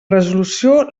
resolució